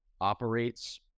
operates